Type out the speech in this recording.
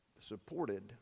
supported